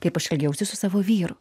kaip aš elgiausi su savo vyru